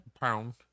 Pound